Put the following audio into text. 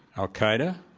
al-qaeda,